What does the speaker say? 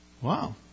Wow